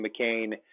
McCain